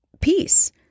Peace